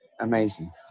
amazing